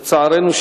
לצערנו,